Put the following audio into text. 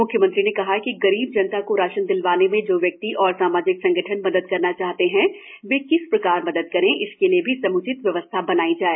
म्ख्यमंत्री ने कहा कि गरीब जनता को राशन दिलवाने में जो व्यक्ति एवं सामाजिक संगठन मदद करना चाहते हैं वे किस प्रकार मदद करें इसके लिए भी सम्चित व्यवस्था बनाई जाए